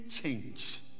change